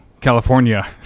California